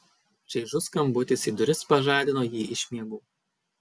čaižus skambutis į duris pažadino jį iš miegų